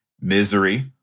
Misery